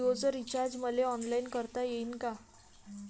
जीओच रिचार्ज मले ऑनलाईन करता येईन का?